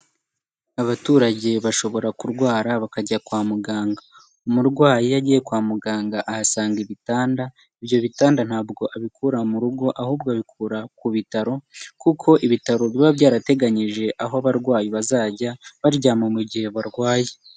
Abaturage bashobora kurwara bakajya kwa muganga, umurwayi iyo agiye kwa muganga ahasanga ibitanda, ibyo bitanda ntabwo abikura mu rugo ahubwo abikura ku bitaro kuko ibitaro biba byarateganyije aho abarwayi bazajya baryama mu gihe barwaye.